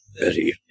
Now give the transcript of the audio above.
Betty